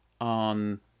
on